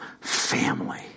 family